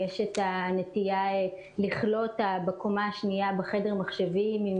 יש נטייה לכלוא אותה בקומה השנייה בחדר מחשבים עם